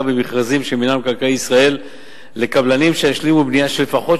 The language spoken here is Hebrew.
במכרזים של מינהל מקרקעי ישראל לקבלנים שישלימו בנייה של לפחות